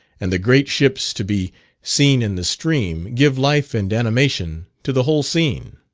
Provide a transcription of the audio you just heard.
and the great ships to be seen in the stream, give life and animation to the whole scene.